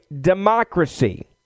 democracy